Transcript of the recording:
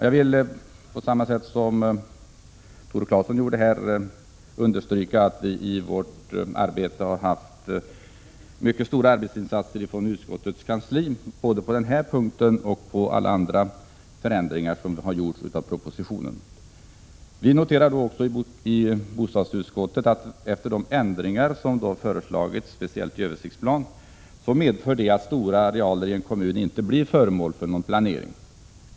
Jag vill, på samma sätt som Tore Claeson, understryka att utskottets kansli i detta arbete har gjort mycket stora insatser, både på denna punkt och i fråga om alla andra förändringar av propositionen. Bostadsutskottet noterar att de förändringar som har föreslagits, speciellt i översiktsplanen, medför att stora arealer i en kommun inte blir föremål för någon planering.